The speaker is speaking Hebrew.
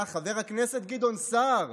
מה, חבר הכנסת גדעון סער,